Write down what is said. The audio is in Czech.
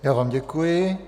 Já vám děkuji.